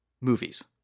movies